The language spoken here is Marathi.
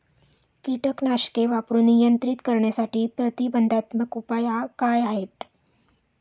कीटकनाशके वापरून नियंत्रित करण्यासाठी प्रतिबंधात्मक उपाय काय आहेत?